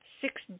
six